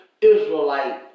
Israelite